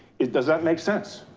is, does that make sense?